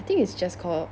I think it's just called